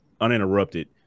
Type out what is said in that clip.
uninterrupted